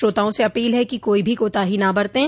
श्रोताओं से अपील है कि कोई भी कोताही न बरतें